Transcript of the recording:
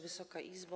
Wysoka Izbo!